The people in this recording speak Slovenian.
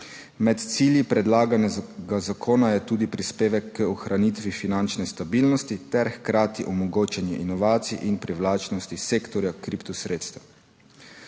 Med cilji predlaganega zakona je tudi prispevek k ohranitvi finančne stabilnosti ter hkrati omogočanje inovacij in privlačnosti sektorja kriptosredstev.